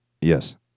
yes